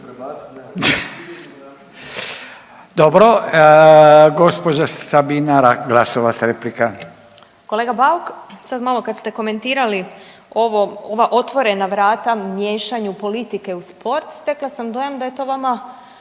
Dobro, gospođa Sabina Glasovac, replika. **Glasovac, Sabina (SDP)** Kolega Bauk, sad malo kad ste komentirali ova otvorena vrata, miješanju politike u sport stekla sam dojam da je to vama